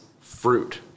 fruit